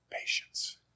Patience